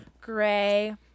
gray